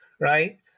right